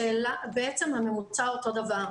שבעצם הממוצע אותו דבר.